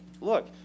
Look